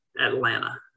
Atlanta